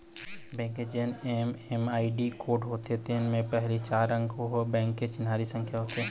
bank के जेन MMID code होथे तेन म के पहिली चार अंक ह ओ बेंक के चिन्हारी संख्या होथे